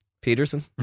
Peterson